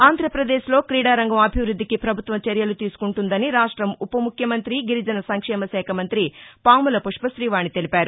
ఆంధ్రప్రదేశ్ లో క్రీడారంగం అభివృద్దికి ప్రభుత్వం చర్యలు తీసుకుంటుందని రాష్ట ఉపముఖ్యమంత్రి గిరిజన సంక్షేమ శాఖామంత్రి పాముల పుష్పఠీవాణి తెలిపారు